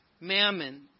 mammon